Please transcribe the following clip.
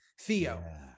Theo